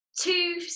two